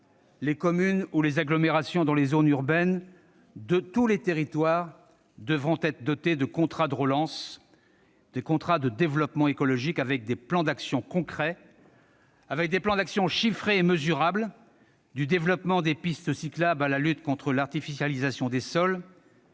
les communes ou les agglomérations dans les zones urbaines -devront être dotés de contrats de relance et de développement écologiques avec des plans d'action concrets, chiffrés, mesurables, du développement des pistes cyclables à la lutte contre l'artificialisation des sols,